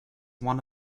one